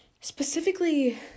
Specifically